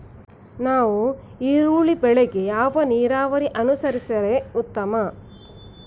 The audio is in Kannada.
ನಾವು ಈರುಳ್ಳಿ ಬೆಳೆಗೆ ಯಾವ ನೀರಾವರಿ ಅನುಸರಿಸಿದರೆ ಉತ್ತಮ?